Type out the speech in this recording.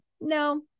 No